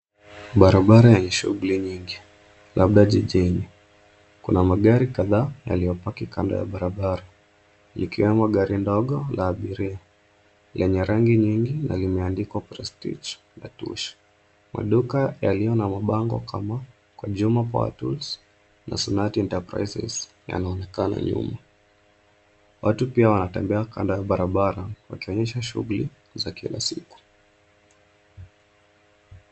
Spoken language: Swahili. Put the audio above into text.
Barabara yenye shughuli nyingi, labda jijini. Kuna magari kadhaa yaliyopaki kando ya barabara likiwemo gari ndogo la abiria, lenye rangi nyingi na limeandikwa Prestige na Tush . Maduka yaliyo na mabango kama Kwa Juma Power tools na Sunati enterprises yanaonekana nyuma. Watu pia wanatembea kando ya barabara wakionyesha shughuli za kila siku.